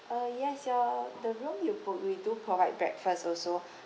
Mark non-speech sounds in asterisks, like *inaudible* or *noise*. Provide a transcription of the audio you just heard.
uh yes your the room you book we do provide breakfast also *breath*